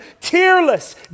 tearless